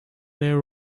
their